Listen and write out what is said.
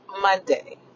Monday